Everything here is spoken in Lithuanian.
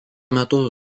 metu